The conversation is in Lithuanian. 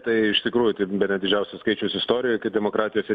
tai iš tikrųjų bene didžiausias skaičius istorijoj tai demokratijose